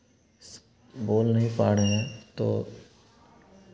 बोल नहीं पा रहे हैं तो